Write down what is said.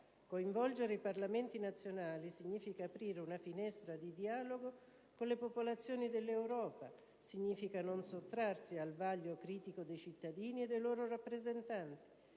Coinvolgere i Parlamenti nazionali significa aprire una finestra di dialogo con le popolazioni dell'Europa; significa non sottrarsi al vaglio critico dei cittadini e dei loro rappresentanti,